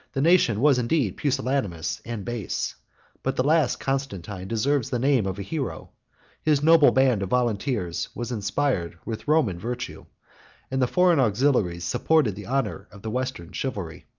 the nation was indeed pusillanimous and base but the last constantine deserves the name of a hero his noble band of volunteers was inspired with roman virtue and the foreign auxiliaries supported the honor of the western chivalry.